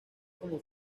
como